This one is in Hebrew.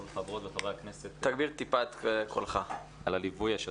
לכל חברות וחברי הכנסת על הליווי השוטף.